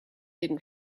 hidden